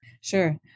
sure